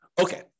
Okay